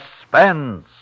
Suspense